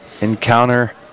encounter